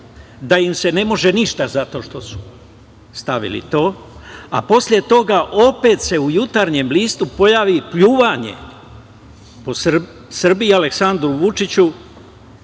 da im se ne može ništa zato što su stavili to, a posle toga opet se u jutarnjem listu pojavi pljuvanje po Srbiji, Aleksandru Vučiću